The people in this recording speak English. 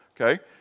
Okay